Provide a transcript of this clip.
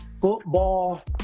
football